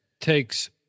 takes